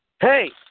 Hey